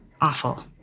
awful